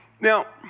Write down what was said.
Now